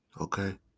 Okay